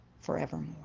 forevermore